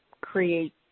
create